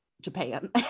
Japan